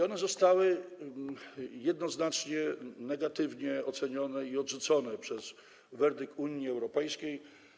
One zostały jednoznacznie negatywnie ocenione i odrzucone werdyktem Unii Europejskiej.